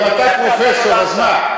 גם אתה פרופסור, אז מה?